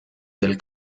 del